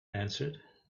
answered